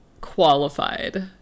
qualified